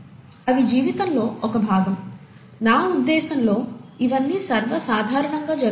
అవి జీవితంలో ఒక భాగం నా ఉద్దేశ్యంలో ఇవన్నీ సర్వ సాధారణంగా జరుగుతాయి